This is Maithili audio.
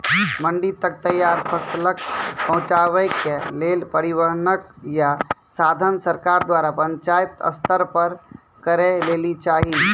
मंडी तक तैयार फसलक पहुँचावे के लेल परिवहनक या साधन सरकार द्वारा पंचायत स्तर पर करै लेली चाही?